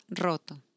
roto